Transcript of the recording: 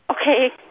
Okay